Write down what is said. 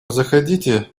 заходите